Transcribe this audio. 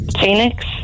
Phoenix